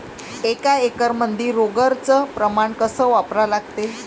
एक एकरमंदी रोगर च प्रमान कस वापरा लागते?